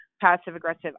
passive-aggressive